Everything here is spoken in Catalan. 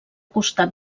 costat